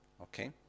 okay